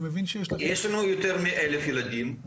יש לנו יותר מאלף ילדים.